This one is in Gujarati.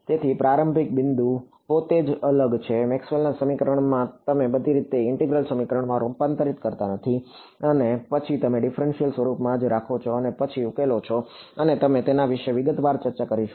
તેથી પ્રારંભિક બિંદુ પોતે જ અલગ છે મેક્સવેલના સમીકરણથી તમે બધી રીતે એક ઈન્ટિગરલ સમીકરણમાં રૂપાંતરિત કરતા નથી અને પછી તમે ડિફરન્સીયલ સ્વરૂપમાં જ રાખો છો અને પછી ઉકેલો છો અને અમે તેના વિશે વિગતવાર ચર્ચા કરીશું